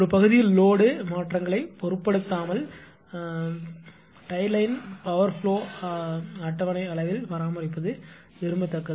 ஒரு பகுதியில் லோடு மாற்றங்களைப் பொருட்படுத்தாமல் டை லைன் பவர் ப்லொவ் அட்டவணை அளவில் பராமரிப்பது விரும்பத்தக்கது